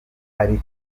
uri